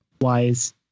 wise